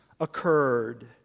occurred